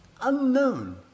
unknown